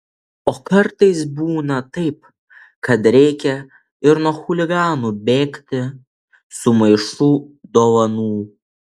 o kartais būna taip kad reikia ir nuo chuliganų bėgti su maišu dovanų